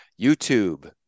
YouTube